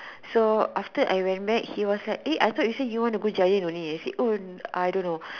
so after I went back he was like eh I thought you say you want to go giant only I say oh I don't know